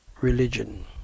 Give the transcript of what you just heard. religion